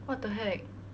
what the heck